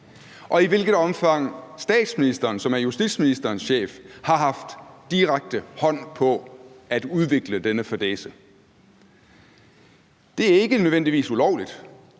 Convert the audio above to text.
og i hvilket omfang statsministeren, som er justitsministerens chef, direkte har haft en hånd med i at udvikle denne fadæse. Det er ikke nødvendigvis ulovligt,